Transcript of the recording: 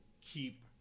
keep